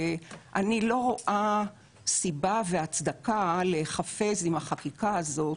אני לא רואה סיבה והצדקה להיחפז עם החקיקה הזאת